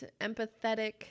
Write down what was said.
empathetic